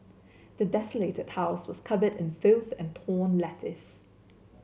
the desolated house was covered in filth and torn